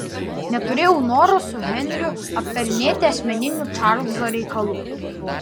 neturėjau noro su henriu aptarinėti asmeninių čarlzo reikalų